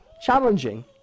challenging